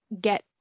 get